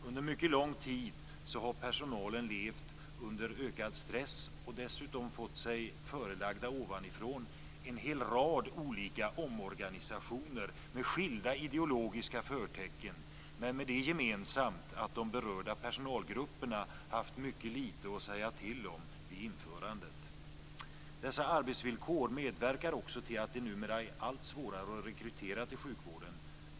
Under mycket lång tid har personalen levt under ökad stress och dessutom fått sig förelagd ovanifrån en hel rad olika omorganisationer med skilda ideologiska förtecken, men med det gemensamt att de berörda personalgrupperna haft mycket lite att säga till om vid införandet. Dessa arbetsvillkor medverkar också till att det blir allt svårare att rekrytera till sjukvården.